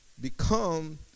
become